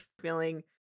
feeling